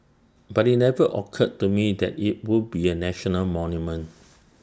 but IT never occurred to me that IT would be A national monument